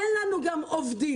אין לנו גם עובדים,